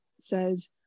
says